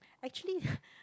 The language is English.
actually